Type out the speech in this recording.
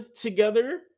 together